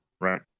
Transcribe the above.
Right